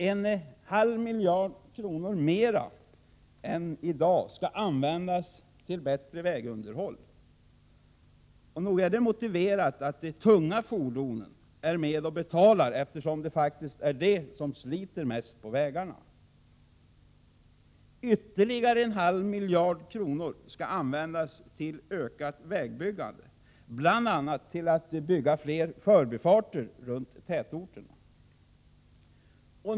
En halv miljard kronor mera än i dag skall användas till bättre vägunderhåll. Nog är det motiverat att de tunga fordonen är med och betalar, eftersom det faktiskt är de som sliter mest på vägarna! Ytterligare en halv miljard kronor skall användas till ökat vägbyggande, bl.a. till att bygga flera förbifarter runt tätorterna.